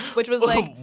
which was, like. oh.